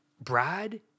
Brad